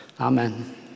amen